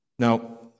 Now